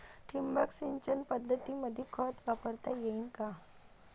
ठिबक सिंचन पद्धतीमंदी खत वापरता येईन का?